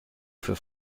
für